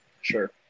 sure